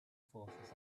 forces